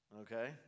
Okay